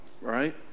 right